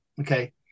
okay